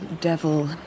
devil